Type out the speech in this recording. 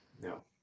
No